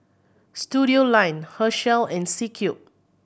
Studioline Herschel and C Cube